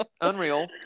unreal